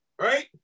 Right